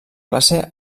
classe